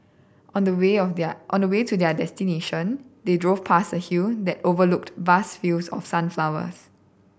on the way of their on the way to their destination they drove past a hill that overlooked vast fields of sunflowers